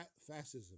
fascism